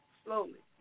slowly